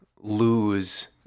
lose